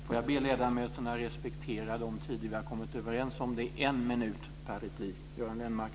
Jag får be ledamöterna respektera de tider vi har kommit överens om. Det är en minut per replik.